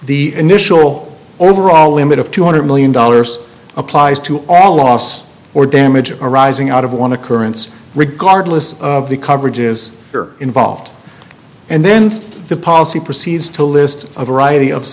the initial overall limit of two hundred million dollars applies to all loss or damage or arising out of one occurrence regardless of the coverages involved and then the policy proceeds to list a variety of